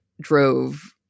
drove